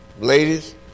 Ladies